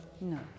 No